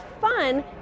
fun